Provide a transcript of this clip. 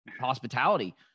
hospitality